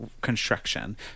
construction